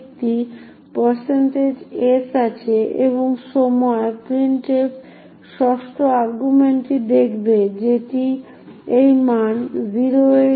শূন্যের মতো স্ট্যাকের বিষয়বস্তুর সাথে সম্পর্কিত মান 64 এই f7 ffff এবং তাই অবশেষে s এর সাথে সঙ্গতিপূর্ণ স্ট্রিং হবে এটি একটি top secret message top secret message হিসেবে প্রিন্ট করা হচ্ছে